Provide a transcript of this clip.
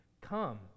come